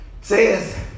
says